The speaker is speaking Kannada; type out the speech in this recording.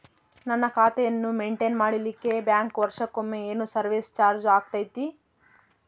ನನ್ನ ಖಾತೆಯನ್ನು ಮೆಂಟೇನ್ ಮಾಡಿಲಿಕ್ಕೆ ಬ್ಯಾಂಕ್ ವರ್ಷಕೊಮ್ಮೆ ಏನು ಸರ್ವೇಸ್ ಚಾರ್ಜು ಹಾಕತೈತಿ?